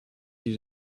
you